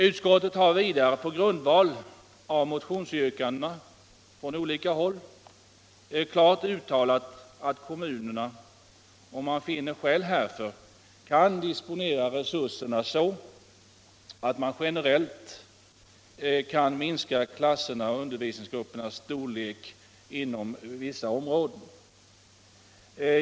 Utskottet har vidare på grundval av motionsyrkanden från olika håll klart uttalat att kommunerna, om de finner skäl härför, kan disponera resurserna så att man generellt minskar klassernas eller undervisningsgruppernas storlek inom vissa områden.